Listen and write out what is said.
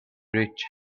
rich